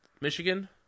Michigan